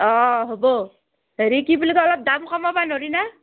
অঁ হ'ব হেৰি কি বুলি কয় অলপ দাম কমাব নোৰিৱানে